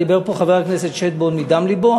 דיבר פה חבר הכנסת שטבון מדם לבו.